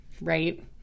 Right